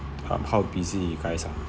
um how busy you guys are